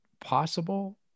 possible